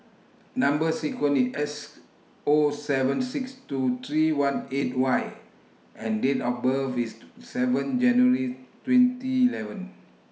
Number sequence IS S O seven six two three one eight Y and Date of birth IS seven January twenty eleven